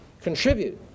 contribute